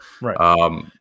right